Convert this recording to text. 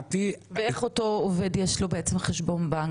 ואיך לאותו עובד יש לו בעצם חשבון בנק?